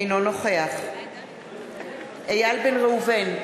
אינו נוכח אייל בן ראובן,